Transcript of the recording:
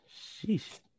sheesh